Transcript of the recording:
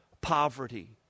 poverty